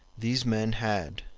these men had,